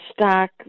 stock